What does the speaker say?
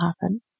happen